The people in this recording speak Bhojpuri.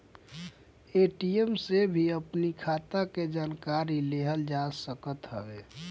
ए.टी.एम से भी अपनी खाता के जानकारी लेहल जा सकत हवे